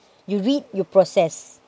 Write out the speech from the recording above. you read you process